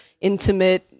Intimate